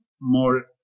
more